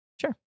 Sure